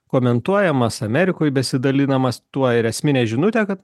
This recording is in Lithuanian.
komentuojamas amerikoj besidalinamas tuo ir esminė žinutė kad